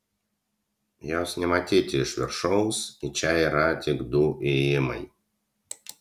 jos nematyti iš viršaus į čia yra tik du įėjimai